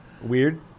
weird